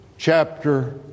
chapter